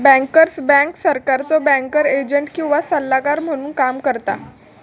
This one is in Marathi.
बँकर्स बँक सरकारचो बँकर एजंट किंवा सल्लागार म्हणून काम करता